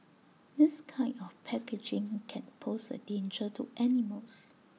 this kind of packaging can pose A danger to animals